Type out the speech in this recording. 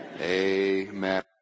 Amen